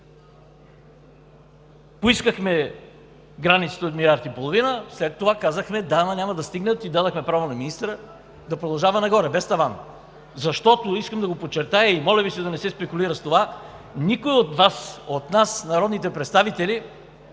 Поискахме границата от 1,5 млрд. лв., след това казахме: „Да, но няма да стигнат“, и дадохме право на министъра да продължава нагоре без таван. Защото, искам да го подчертая, и моля Ви се да не се спекулира с това, никой от Вас, от нас – народните представители